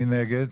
מי נגד?